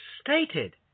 stated